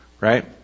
Right